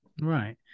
Right